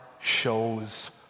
shows